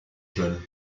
jeunes